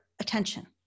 attention